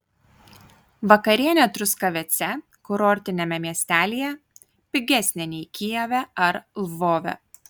vakarienė truskavece kurortiniame miestelyje pigesnė nei kijeve ar lvove